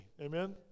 Amen